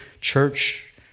church